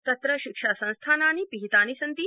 तत्र शिक्षा संस्थानानि विहितानि सन्ति